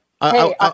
hey